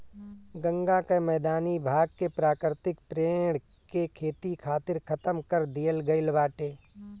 गंगा कअ मैदानी भाग के प्राकृतिक पेड़ के खेती खातिर खतम कर दिहल गईल बाटे